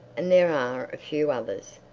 and there are a few others,